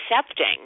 accepting